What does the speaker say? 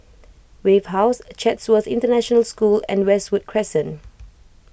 Wave House Chatsworth International School and Westwood Crescent